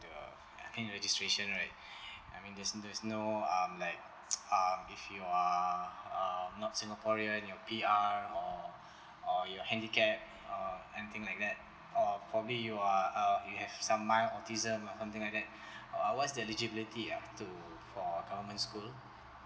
the can registration right I mean there's there's no um like um if you are uh not singaporean you're P_R or or you're handicap or anything like that or probably you're a you have some mild autism or something like that uh what's the eligibility uh to for government school